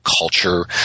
Culture